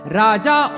raja